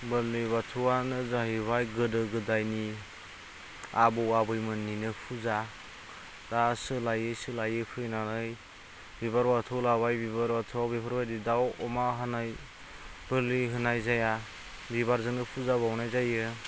बोलि बाथौआनो जाहैबाय गोदो गोदाइनि आबौ आबै मोननिनो फुजा दा सोलायै सोलायै फैनानै बिबार बाथौ लाबाय बिबार बिथौआव बेफोरबादि दाउ अमा हानाय बोलि होनाय जाया बिबारजोंनो फुजा बाउनाय जायो